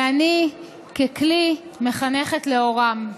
ואני ככלי מחנכת לאורם.